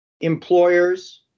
employers